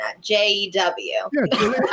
J-E-W